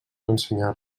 ensenyar